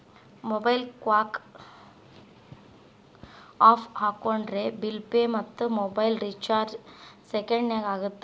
MobiKwik app ಹಾಕೊಂಡ್ರೆ bill pay ಮತ್ತ mobile recharge ಸೆಕೆಂಡನ್ಯಾಗ ಆಗತ್ತ